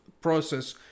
process